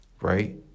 right